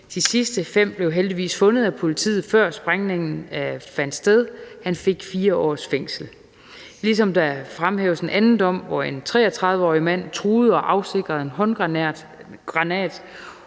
De sidste fem blev heldigvis fundet af politiet, før sprængningen fandt sted. Han fik 4 års fængsel. Der fremhæves også en anden dom, hvor en 33-årig mand truede med en håndgranat